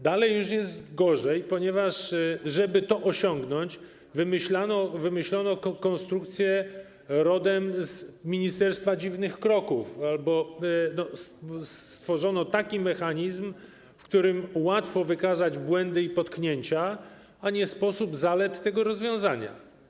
Dalej już jest gorzej, ponieważ żeby to osiągnąć, wymyślono konstrukcję rodem z ministerstwa dziwnych kroków albo stworzono takich mechanizm, w którym łatwo wykazać błędy i potknięcia, ale nie sposób znaleźć zalet tego rozwiązania.